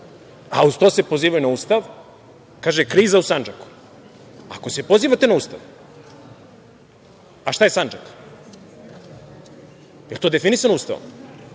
a uz to se pozivaju na Ustav, kaže – kriza u Sandžaku. Ako se pozivate na Ustav, a šta je Sandžak? Da li je to definisano Ustavom?